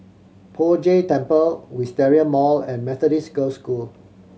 Poh Jay Temple Wisteria Mall and Methodist Girls' School